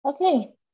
Okay